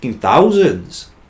thousands